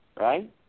right